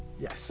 Yes